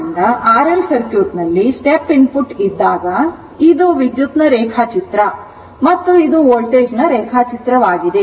ಆದ್ದರಿಂದ R L circuit ನಲ್ಲಿ step input ಇದ್ದಾಗ ಇದು ವಿದ್ಯುತ್ ನ ರೇಖಾಚಿತ್ರ ಮತ್ತು ಇದು ವೋಲ್ಟೇಜ್ ನ ರೇಖಾಚಿತ್ರವಾಗಿದೆ